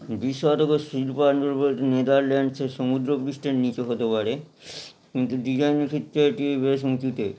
নেদারল্যান্ডসের সমুদ্রপৃষ্ঠের নিচে হতে পারে কিন্তু ডিজাইনের ক্ষেত্রে এটি বেশ উঁচুতে